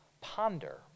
ponder